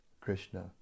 Krishna